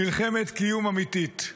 מלחמת קיום אמיתית.